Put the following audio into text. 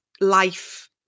life